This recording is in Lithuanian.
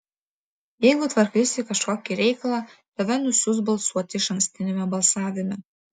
jeigu tvarkaisi kažkokį reikalą tave nusiųs balsuoti išankstiniame balsavime